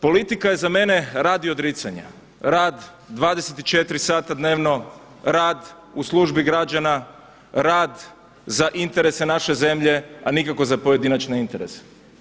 Politika je za mene rad i odricanje, rad 24 sata dnevno, rad u službi građana, rad za interese naše zemlje, a nikako za pojedinačne interese.